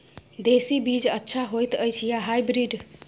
देसी बीज अच्छा होयत अछि या हाइब्रिड?